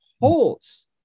holds